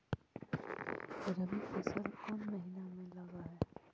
रबी फसल कोन महिना में लग है?